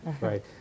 Right